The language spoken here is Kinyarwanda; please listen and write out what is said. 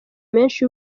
menshi